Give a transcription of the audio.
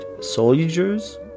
Soldiers